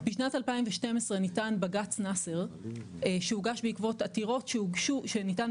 בשנת 2012 ניתן בג"צ נאסר שניתן בעקבות עתירות שהוגשו,